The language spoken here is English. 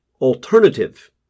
alternative